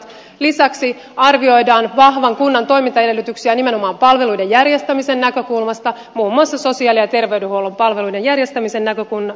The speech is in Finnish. lisäksi arvioidaan vahvan kunnan toimintaedellytyksiä nimenomaan palveluiden järjestämisen näkökulmasta muun muassa sosiaali ja terveydenhuollon palveluiden järjestämisen näkökohdista